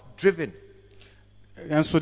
driven